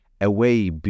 away